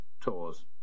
tours